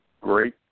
great